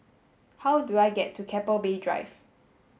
how do I get to Keppel Bay Drive